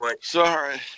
Sorry